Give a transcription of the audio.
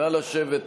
נא לשבת.